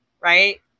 right